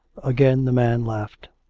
again the man laughed.